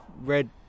red